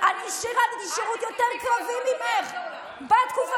אני מזכירה לך שאת הצטרפת למחנה הממלכתי,